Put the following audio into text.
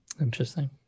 Interesting